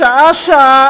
שעה-שעה,